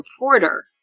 reporter